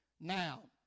Now